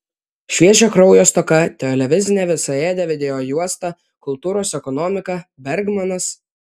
šviežio kraujo stoka televizinė visaėdė videojuosta kultūros ekonomika bergmanas